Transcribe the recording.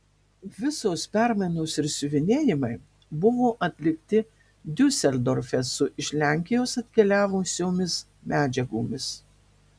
visos permainos ir siuvinėjimai buvo atlikti diuseldorfe su iš lenkijos atkeliavusiomis medžiagomis